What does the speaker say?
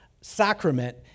sacrament